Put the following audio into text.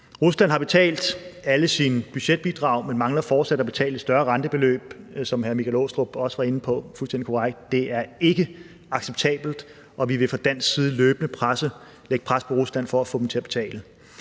Rusland har betalt alle sine budgetbidrag, man mangler fortsat at betale et større rentebeløb, som hr. Michael Aastrup Jensen også var inde på. Det er fuldstændig korrekt. Det er ikke acceptabelt, og vi vil fra dansk side løbende lægge pres på Rusland for at få dem til at betale.